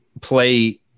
play